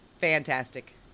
fantastic